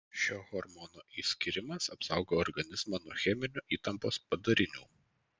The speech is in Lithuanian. šio hormono išskyrimas apsaugo organizmą nuo cheminių įtampos padarinių